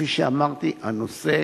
כפי שאמרתי, הנושא,